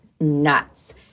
nuts